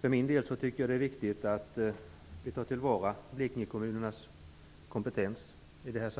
För min del ser jag det som angeläget att ta till vara Blekingekommunernas kompetens. Det finns